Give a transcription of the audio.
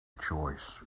choice